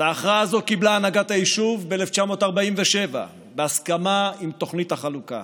את ההכרעה הזו קיבלה הנהגת היישוב ב-1947 בהסכמה על תוכנית החלוקה,